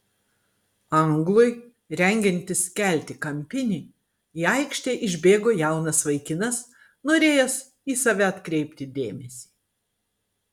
anglui rengiantis kelti kampinį į aikštę išbėgo jaunas vaikinas norėjęs į save atkreipti dėmesį